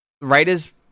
Raiders